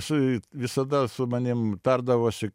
su visada su manim tardavosi